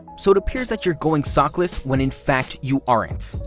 so it appears that you're going sockless, when in fact you aren't.